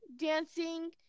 dancing